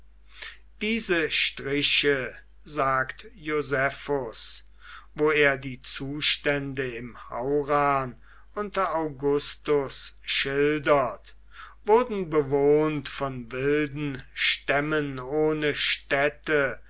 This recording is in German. diese striche sagt josephus wo er die zustände im haurn unter augustus schildert wurden bewohnt von wilden stämmen ohne städte